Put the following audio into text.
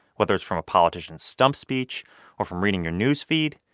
whether it's from a politician's stump speech or from reading your news feed.